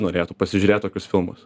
norėtų pasižiūrėt tokius filmus